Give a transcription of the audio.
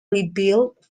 rebuilt